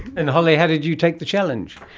and holly, how did you take the challenge?